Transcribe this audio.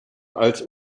als